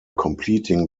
completing